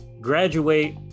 graduate